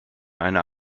einer